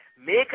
make